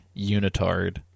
unitard